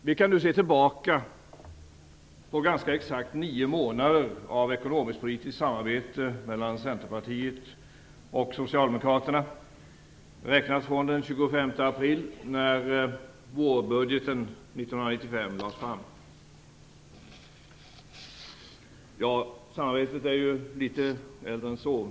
Vi kan nu se tillbaka på ganska exakt nio månader av ekonomisk-politiskt samarbete mellan 25 april då vårbudgeten 1995 lades fram. Samarbetet är litet äldre än så.